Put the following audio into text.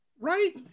Right